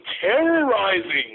terrorizing